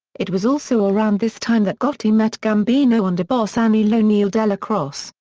it was also around this time that gotti met gambino underboss aniello neil dellacroce.